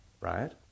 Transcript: right